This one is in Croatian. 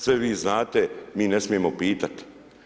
Sve vi znate, mi ne smijemo pitati.